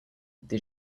did